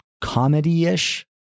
comedy-ish